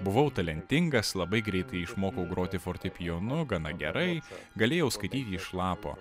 buvau talentingas labai greitai išmokau groti fortepijonu gana gerai galėjau skaityti iš lapo